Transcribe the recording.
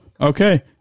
Okay